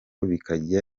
bikajya